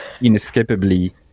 inescapably